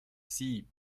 sie